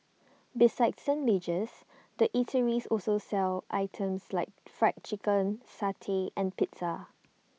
besides sandwiches the eateries also sell items like Fried Chicken satay and pizza